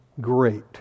great